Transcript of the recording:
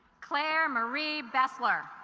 claire marie besler